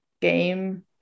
game